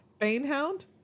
Banehound